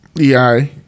ei